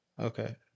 okay